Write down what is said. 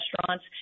restaurants